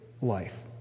life